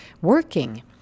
working